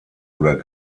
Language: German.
oder